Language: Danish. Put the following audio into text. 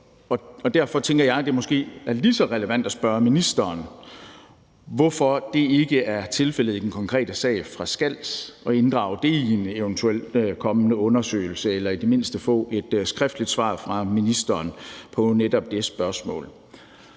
Derfor tænker jeg, at det måske er lige så relevant at spørge ministeren, hvorfor det ikke er tilfældet i den konkrete sag fra Skals at inddrage det i en eventuel kommende undersøgelse eller i det mindste få et skriftligt svar fra ministeren på netop det spørgsmål.